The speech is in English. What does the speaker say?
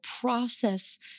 process